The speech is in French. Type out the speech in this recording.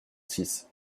six